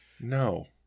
No